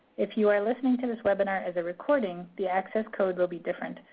if you are listening to this webinar as a recording, the access code will be different,